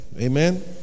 Amen